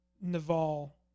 Naval